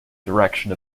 direction